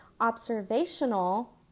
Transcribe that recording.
Observational